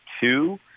two